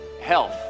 health